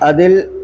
അതില്